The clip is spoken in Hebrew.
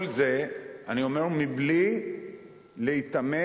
כל זה, אני אומר, מבלי להתעמת